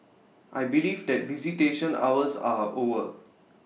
I believe that visitation hours are over